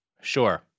Sure